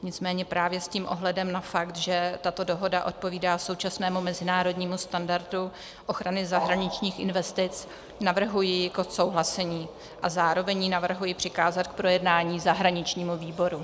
Nicméně právě s ohledem na fakt, že tato dohoda odpovídá současnému mezinárodnímu standardu ochrany zahraničních investic, navrhuji ji k odsouhlasení a zároveň ji navrhuji přikázat k projednání zahraničnímu výboru.